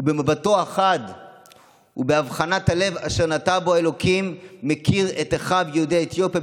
ובמבטו החד ובאבחנת הלב אשר נטע בו אלוקים מכיר את אחיו יהודי אתיופיה,